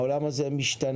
העולם הזה משתנה.